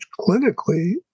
clinically